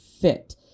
fit